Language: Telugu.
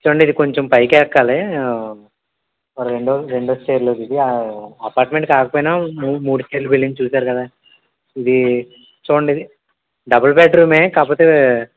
చూడండి ఇది కొంచెం పైకి ఎక్కాలి రెండో రెండో స్టేర్లోదిగి అపార్ట్మెంట్ కాకపోయిన మూడ్ మూడు స్టేర్ బిల్డింగ్ చూశారు కదా ఇది చూడండి ఇది డబుల్ బెడ్రూమ్ కాకపోతే